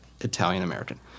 Italian-American